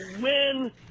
win